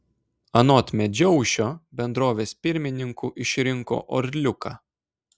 anot medžiaušio bendrovės pirmininku išrinko orliuką